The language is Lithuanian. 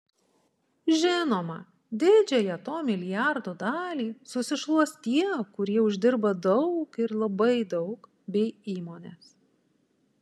žinoma didžiąją to milijardo dalį susišluos tie kurie uždirba daug ir labai daug bei įmonės